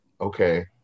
okay